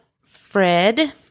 Fred